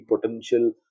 potential